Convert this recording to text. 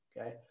okay